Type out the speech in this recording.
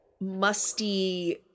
musty